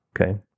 Okay